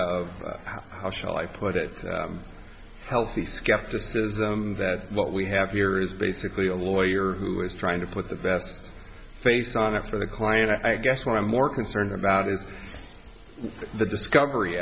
of how shall i put it healthy skepticism that what we have here is basically a lawyer who is trying to put the best face on it for the client i guess what i'm more concerned about is the discovery